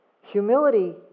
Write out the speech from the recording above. Humility